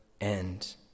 end